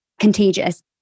contagious